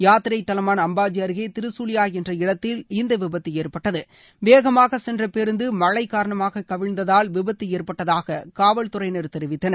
யாத்திரை தலமான அம்பாஜி அருகே திருசூலியா என்ற இடத்தில் இந்த விபத்து ஏற்பட்டது வேகமாக சென்ற பேருந்து மழை காரணமாக கவிழ்ந்ததால் விபத்து ஏற்பட்டதாக காவல் துறையினர் தெரிவித்தனர்